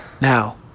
Now